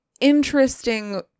interesting